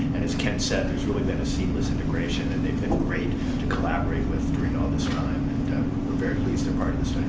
and, as ken said, there's really been a seamless integration and they've been great to collaborate with during all this time and we're very pleased.